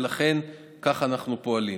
ולכן כך אנחנו פועלים.